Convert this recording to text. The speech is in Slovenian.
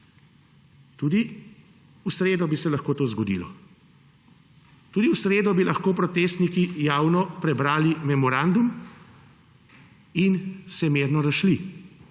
Tudi v sredo bi se lahko to zgodilo, tudi v sredo bi lahko protestniki javno prebrali memorandum in se mirno razšli.